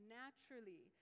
naturally